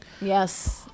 yes